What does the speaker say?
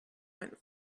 went